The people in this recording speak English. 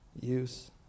use